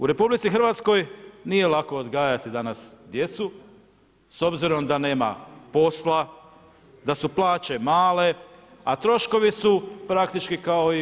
U RH nije lako odgajati danas djecu s obzirom da nema posla, da su plaće male, a troškovi su praktički kao i u EU.